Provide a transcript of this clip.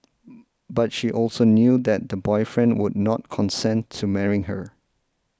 but she also knew that the boyfriend would not consent to marrying her